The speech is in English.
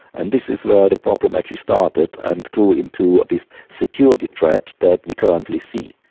and this is where the problem actually started and grew into this security threat that we currently see.